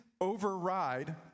override